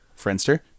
Friendster